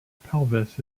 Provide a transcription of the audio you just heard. pelvis